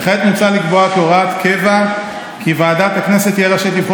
וכעת מוצע לקבוע כהוראת קבע כי ועדת הכנסת תהיה רשאית לבחור